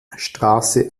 straße